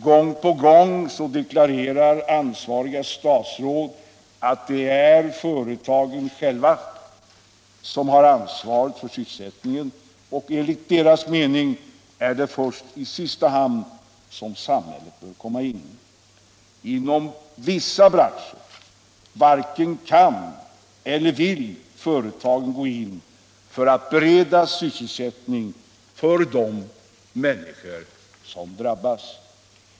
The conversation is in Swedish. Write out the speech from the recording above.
Gång på gång deklarerar ansvariga statsråd att det är företagen själva som har ansvaret för sysselsättningen, och enligt deras mening är det först i sista hand som samhället bör komma in. Inom vissa branscher varken kan eller vill företagen gå in för att bereda sysselsättning för de människor som drabbas.